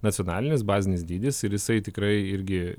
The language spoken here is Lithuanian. nacionalinis bazinis dydis ir jisai tikrai irgi